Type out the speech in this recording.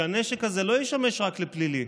שהנשק הזה לא ישמש רק לפלילים,